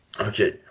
Okay